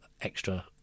extra